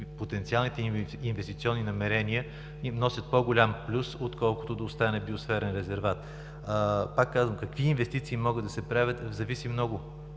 потенциалните инвестиционни намерения им носят по-голям плюс отколкото да остане биосферен резерват. Пак казвам, какви инвестиции могат да се правят, зависи много.